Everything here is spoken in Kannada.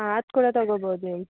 ಹಾಂ ಅದು ಕೂಡ ತಗೊಬೋದು ನೀವು